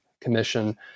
Commission